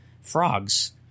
frogs